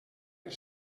per